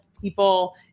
people